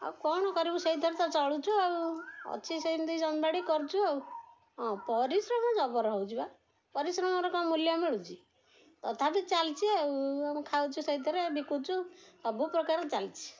ଆଉ କ'ଣ କରିବୁ ସେଇଥିରେ ତ ଚଳୁଛୁ ଆଉ ଅଛି ସେମିତି ଜମିବାଡ଼ି କରୁଛୁ ଆଉ ହଁ ପରିଶ୍ରମ ଜବର ହେଉଛିବା ପରିଶ୍ରମର କ'ଣ ମୂଲ୍ୟ ମିଳୁଛି ତଥାପି ଚାଲିଛି ଆଉ ଆମ ଖାଉଛୁ ସେଇଥିରେ ବିକ୍ରି ସବୁ ପ୍ରକାର ଚାଲିଛି